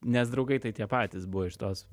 nes draugai tai tie patys buvo iš tos